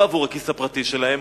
לא עבור הכיס הפרטי שלהם.